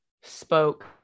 spoke